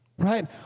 Right